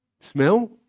Smell